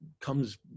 comes